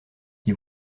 qui